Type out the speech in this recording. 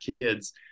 kids